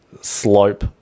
slope